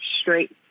straight